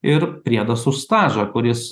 ir priedas už stažą kuris